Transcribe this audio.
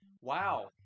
Wow